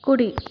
కుడి